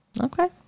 Okay